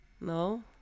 no